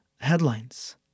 headlines